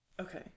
okay